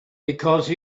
because